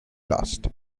lost